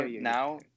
now